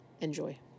Enjoy